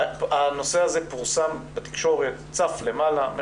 הנושא פורסם בתקשורת, צף למעלה.